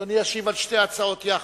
אדוני ישיב על שתי ההצעות יחד.